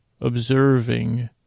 observing